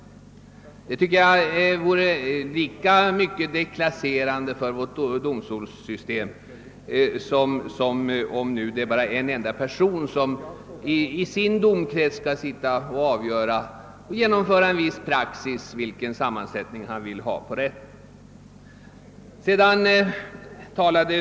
Jag tycker att detta vore lika deklasserande för vårt domstolssystem som om en enda person i sin domkrets skall genomföra en viss praxis för sammansättning av rätten.